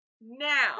now